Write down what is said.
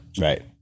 Right